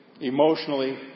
emotionally